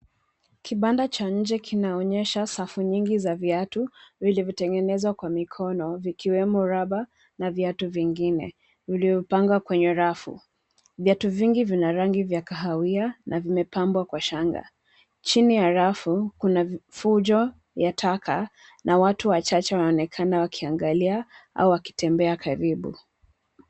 Kibanda cha nje kinaonyesha safu nyingi za viatu, vilivyotengenezwa kwa mikono vikiwemo rubber [ cs] na viatu vingine. Uliopangwa kwenye rafu. Viatu vingi vina rangi vya kahawia, na vimepambwa kwa shanga. Chini ya rafu, kuna fujo ya taka, na watu wachache wanaonekana wakiangalia au wakitembea karibu.